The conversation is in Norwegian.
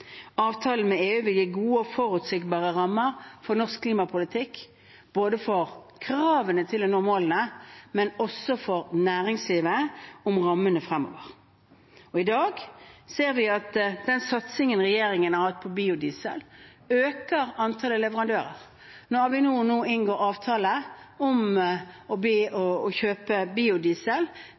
Avtalen med EU vil gi gode og forutsigbare rammer for norsk klimapolitikk – for kravene til å nå målene, men også for næringslivet om rammene fremover. I dag ser vi at den satsingen regjeringen har hatt på biodiesel, øker antallet leverandører. Når vi nå inngår avtale om å kjøpe biodiesel for å